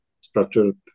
structured